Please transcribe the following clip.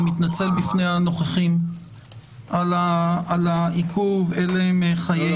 אני מתנצל בפני הנוכחים על העיכוב, אלה הם חיינו.